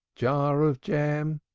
jar of jam!